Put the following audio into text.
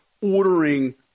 ordering